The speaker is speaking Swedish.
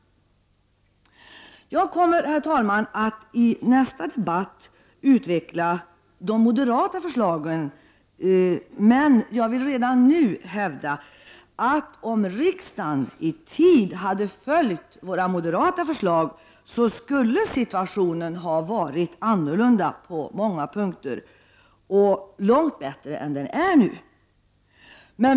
Jag kommer, herr talman, senare i debatten att utveckla de moderata förslagen. Men jag vill redan nu hävda att om riksdagen i tid hade följt våra moderata förslag, skulle situationen ha varit annorlunda och på många punkter långt bättre än den är nu.